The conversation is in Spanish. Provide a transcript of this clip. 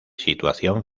situación